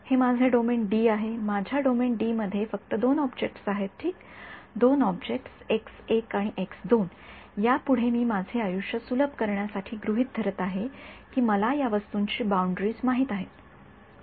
हे माझे domain D आहे माझ्या डोमेन डी मध्ये फक्त दोन ऑब्जेक्ट्स आहेत ठीक दोन ऑब्जेक्ट्स आणि यापुढे मी माझे आयुष्य सुलभ करण्यासाठी गृहित धरत आहे की मला या वस्तूंची बाउंड्रीज माहित आहेत